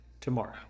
tomorrow